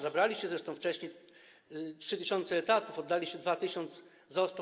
Zabraliście zresztą wcześniej 3 tys. etatów, oddaliście 2100.